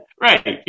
Right